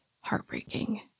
heartbreaking